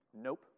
Nope